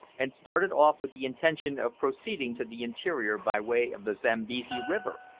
and started off with the intention of proceeding to the interior by way of the zambesi river,